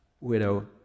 widow